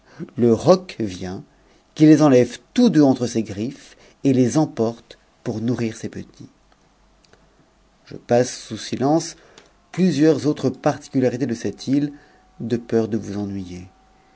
le y cmt qui les enlève tous deux entre ses griffes et les emporte pour nourrit ses petits je passe sous silenceplusieurs autres particularités de cette me de peur de vous ennuyer